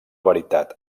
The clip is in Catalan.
veritat